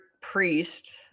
priest